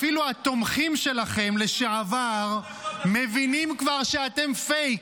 אפילו התומכים שלכם לשעבר מבינים כבר שאתם פייק.